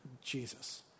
Jesus